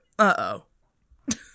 Uh-oh